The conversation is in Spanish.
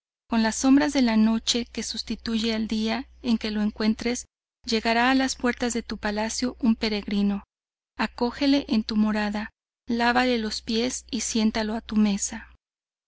con las sombras de las noche que sustituye al día en que lo encuentres llegara a las puertas de tu palacio un peregrino acógele en tu morada lávale los pies y siéntalo a tu mesa